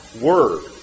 word